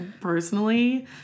personally